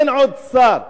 אין עוד שר